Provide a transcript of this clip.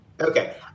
okay